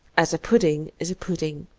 as a pudding is a pudding,